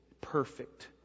perfect